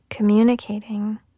Communicating